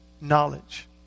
Knowledge